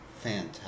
Fantastic